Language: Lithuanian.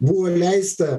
buvo leista